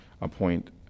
appoint